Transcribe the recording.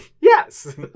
Yes